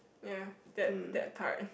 ya that that part